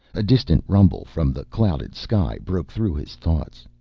a distant rumble from the clouded sky broke through his thoughts.